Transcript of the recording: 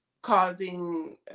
causing